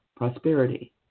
prosperity